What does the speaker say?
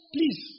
Please